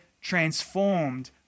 transformed